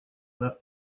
left